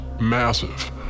massive